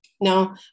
Now